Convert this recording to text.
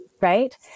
right